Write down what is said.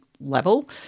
level